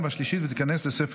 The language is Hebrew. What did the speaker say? בעד, תשעה, אין מתנגדים.